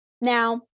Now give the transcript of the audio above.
now